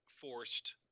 forced